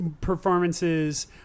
performances